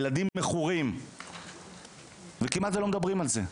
הילדים מכורים וכמעט ולא מדברים על זה,